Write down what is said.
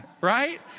Right